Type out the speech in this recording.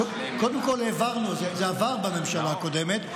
קודם כול, העברנו, זה עבר בממשלה הקודמת.